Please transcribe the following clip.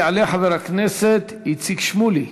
יעלה חבר הכנסת איציק שמולי.